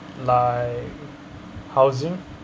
like housing